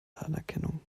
anerkennung